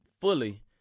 fully